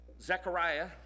Zechariah